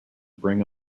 bring